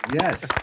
Yes